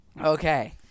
Okay